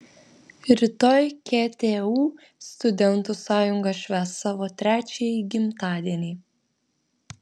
rytoj ktu studentų sąjunga švęs savo trečiąjį gimtadienį